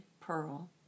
pearl